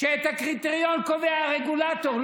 את הקריטריון קובע הרגולטור,